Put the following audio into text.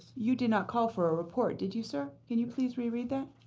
you did not call for a report did you, sir? can you please reread that.